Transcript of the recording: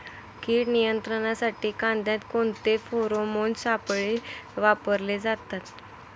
कीड नियंत्रणासाठी कांद्यात कोणते फेरोमोन सापळे वापरले जातात?